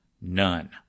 none